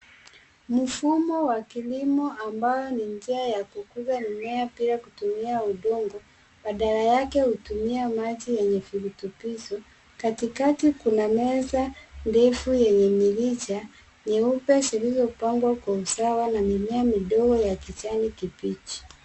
Mfumo wa kilimo, ambao ni njia ya kukuza mimea bila kutumia udongo, badala yake hutumia maji yenye virutubisho. Katikati kuna meza ndefu yenye mirija nyeupe, zilizopangwa kwa usawa na mimea midogo ya kijani kibichi.